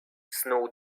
snuł